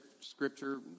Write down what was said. scripture